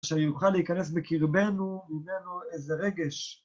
כשהיא יוכלה להיכנס בקרבנו, היא אומרת לו איזה רגש.